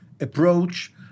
approach